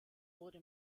wurde